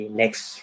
next